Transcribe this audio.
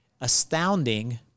astounding